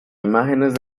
imágenes